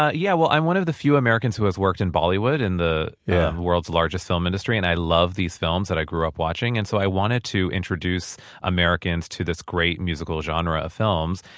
ah yeah well, i'm one of the few americans who has worked in bollywood, and the yeah world's largest film industry, and i love these films that i grew up watching. and so i wanted to introduce americans to this great musical genre of films,